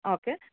okay